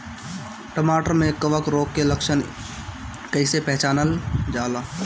टमाटर मे कवक रोग के लक्षण कइसे पहचानल जाला?